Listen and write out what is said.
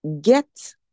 get